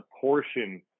portion